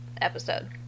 episode